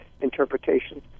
interpretation